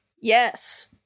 Yes